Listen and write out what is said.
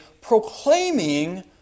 proclaiming